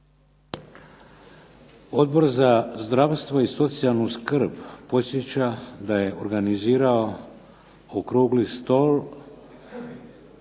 Odbor za zdravstvo i socijalnu skrb podsjeća da je organizirao Okrugli stol